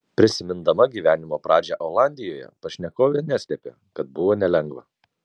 prisimindama gyvenimo pradžią olandijoje pašnekovė neslėpė kad buvo nelengva